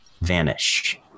Vanish